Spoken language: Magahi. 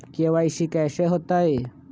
के.वाई.सी कैसे होतई?